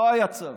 לא היה צו.